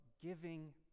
giving